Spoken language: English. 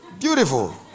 Beautiful